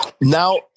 now